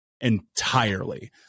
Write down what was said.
entirely